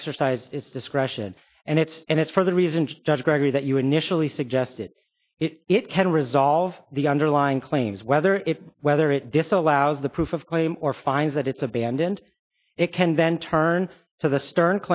exercised its discretion and it's and it's for the reasons judge gregory that you initially suggested it can resolve the underlying claims whether it's whether it disallows the proof of claim or finds that it's abandoned it can then turn to the stern